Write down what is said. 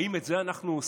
האם את זה אנחנו עושים?